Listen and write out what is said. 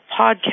podcast